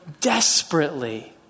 desperately